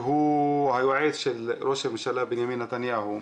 שהוא היועץ של ראש הממשלה בנימין נתניהו,